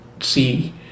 see